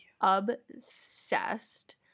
obsessed